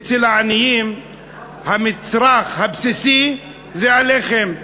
אצל העניים המצרך הבסיסי זה הלחם.